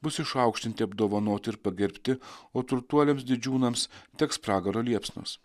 bus išaukštinti apdovanoti ir pagerbti o turtuoliams didžiūnams degs pragaro liepsnos